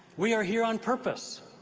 we are here on purpose.